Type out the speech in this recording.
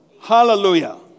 Hallelujah